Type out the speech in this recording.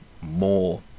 more